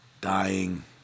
dying